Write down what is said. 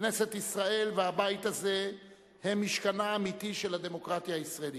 כנסת ישראל והבית הזה הם משכנה האמיתי של הדמוקרטיה הישראלית.